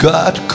God